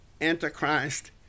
Antichrist